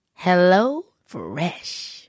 HelloFresh